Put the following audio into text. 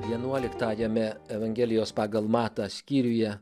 vienuoliktajame evangelijos pagal matą skyriuje